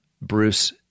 Bruce